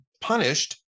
punished